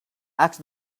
asked